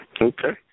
Okay